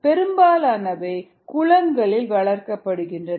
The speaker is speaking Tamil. பெரும்பாலானவை குளங்களில் வளர்க்கப்படுகின்றன